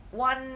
one